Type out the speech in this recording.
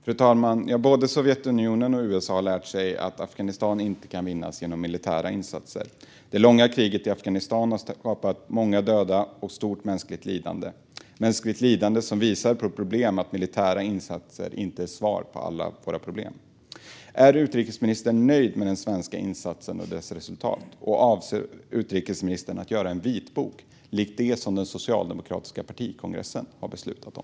Fru talman! Både Sovjetunionen och USA har lärt sig att Afghanistan inte kan vinnas genom militära insatser. Det långa kriget i Afghanistan har skapat många döda och stort mänskligt lidande, lidande som visar att militära insatser inte är svar på alla våra problem. Är utrikesministern nöjd med den svenska insatsen och dess resultat, och avser utrikesministern att göra en vitbok likt den som den socialdemokratiska partikongressen har beslutat om?